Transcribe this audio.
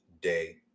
day